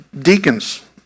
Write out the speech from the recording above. deacons